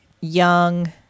young